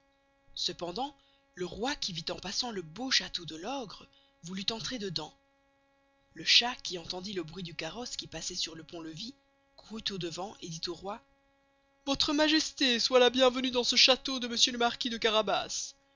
cependant le roy qui vit en passant le beau chasteau de l'ogre voulut entrer dedans le chat qui entendit le bruit du carosse qui passoit sur le pont levis courut au-devant et dit au roy vostre majesté soit la bien venuë dans le chasteau de monsieur le marquis de carabas